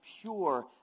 pure